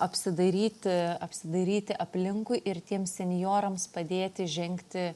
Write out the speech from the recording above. apsidairyti apsidairyti aplinkui ir tiems senjorams padėti žengti